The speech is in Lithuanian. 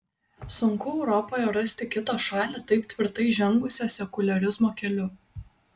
sunku europoje rasti kitą šalį taip tvirtai žengusią sekuliarizmo keliu